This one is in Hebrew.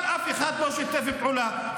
אבל אף אחד לא שיתף פעולה.